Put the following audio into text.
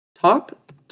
Top